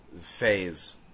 phase